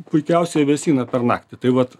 puikiausiai vėsina per naktį tai vat